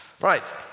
right